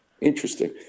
Interesting